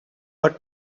but